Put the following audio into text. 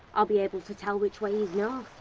i'll be able to tell which way you know